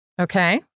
Okay